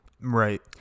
Right